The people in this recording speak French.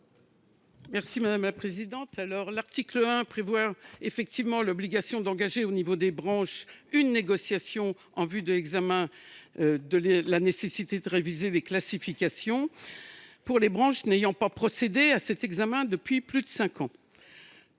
n° 90 rectifié. L’article 1 prévoit l’obligation d’engager à l’échelle des branches une négociation en vue de l’examen de la nécessité de réviser les classifications pour les branches n’ayant pas procédé à cet examen depuis plus de cinq ans.